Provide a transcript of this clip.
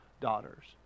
daughters